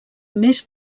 més